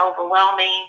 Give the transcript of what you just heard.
overwhelming